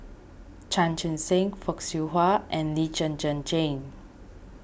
Chan Chun Sing Fock Siew Wah and Lee Zhen Zhen Jane